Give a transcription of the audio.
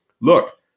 look